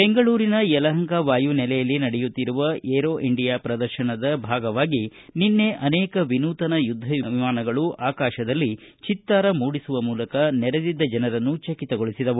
ಬೆಂಗಳೂರಿನ ಯಲಹಂಕ ವಾಯು ನೆಲೆಯಲ್ಲಿ ನಡೆಯುತ್ತಿರುವ ಏರೋ ಇಂಡಿಯಾ ಪ್ರದರ್ಶನದ ಭಾಗವಾಗಿ ನಿನ್ನೆ ಅನೇಕ ವಿನೂತನ ಯುದ್ದ ವಿಮಾನಗಳು ಆಕಾಶದಲ್ಲಿ ಚಿತ್ತಾರ ಮೂಡಿಸುವ ಮೂಲಕ ನರೆದಿದ್ದ ಜನರನ್ನು ಚಕಿತಗೊಳಿಸಿದವು